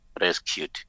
rescued